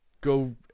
Go